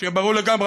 שיהיה ברור לגמרי,